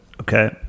okay